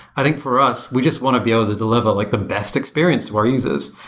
i think for us, we just want to be able to deliver like the best experience to our users.